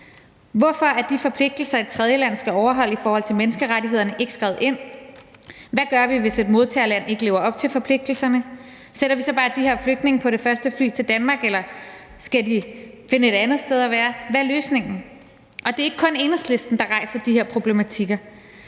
Hvorfor er de forpligtelser, et tredjeland skal overholde i forhold til menneskerettighederne, ikke skrevet ind? Hvad gør vi, hvis et modtagerland ikke lever op til forpligtelserne? Sætter vi så bare de her flygtninge på det første fly til Danmark, eller skal de finde et andet sted at være – hvad er løsningen? Det er ikke kun Enhedslisten, der rejser de her problematikker.